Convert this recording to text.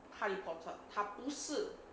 哈利波特他不是